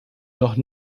noch